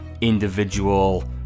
individual